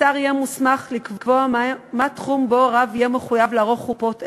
השר יהיה מוסמך לקבוע את התחום שבו הרב יהיה מחויב לערוך חופות אלה.